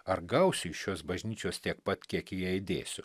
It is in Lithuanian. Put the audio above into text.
ar gausiu iš šios bažnyčios tiek pat kiek į ją įdėsiu